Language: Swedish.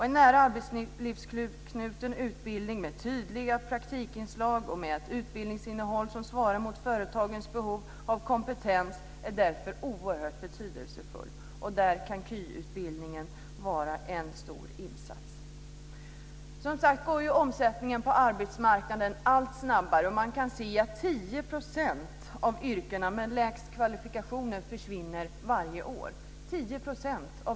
En utbildning nära knuten till arbetslivet med tydliga praktikinslag och med ett utbildningsinnehåll som svarar mot företagens behov av kompetens är därför oerhört betydelsefull. Där kan KY vara en stor insats. Som sagt går omsättningen på arbetsmarknaden allt snabbare. Man kan se att 10 % av de yrken som kräver lägst kvalifikationer försvinner varje år, 10 %.